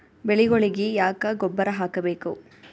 ಬೆಳಿಗೊಳಿಗಿ ಯಾಕ ಗೊಬ್ಬರ ಹಾಕಬೇಕು?